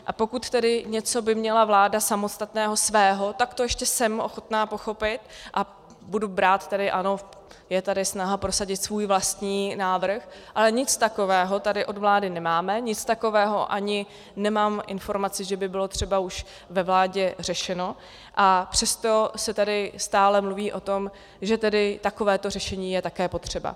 A pokud tedy něco by měla vláda samostatného svého, tak to ještě jsem ochotna pochopit a budu brát tedy ano, je tady snaha prosadit svůj vlastní návrh, ale nic takového tady od vlády nemáme, nic takového, ani nemám informaci, že by bylo třeba už ve vládě řešeno, a přesto se tady stále mluví o tom, že tedy takovéto řešení je také potřeba.